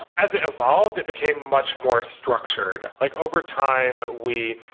as it evolved, it became much more structured. like over time, we